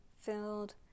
filled